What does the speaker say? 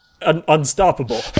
unstoppable